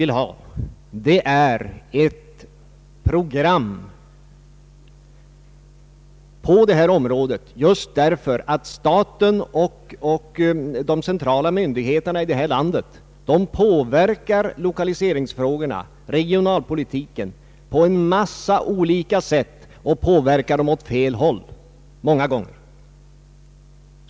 Vad vi efterlyst är ett program på det här området, just därför att staten och de centrala myndigheterna påverkar lokaliseringsfrågorna och regionalpolitiken på en mängd olika sätt; och många gånger sker denna påverkan i fel riktning.